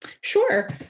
Sure